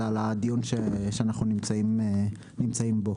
אלא לדיון שאנחנו נמצאים בו.